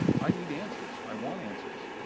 i need answers. i want answers.